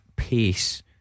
Pace